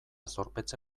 zorpetze